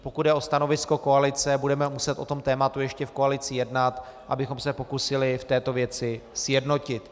Pokud jde o stanovisko koalice, budeme muset o tomto tématu ještě v koalici jednat, abychom se pokusili v této věci sjednotit.